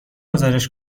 گزارش